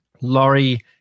Laurie